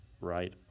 right